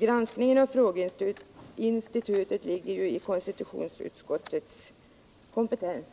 Granskningen av frågeinstitutet ligger ju inom konstitutionsutskottets kompetens.